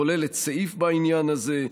כוללת סעיף בעניין הזה.